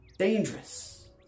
dangerous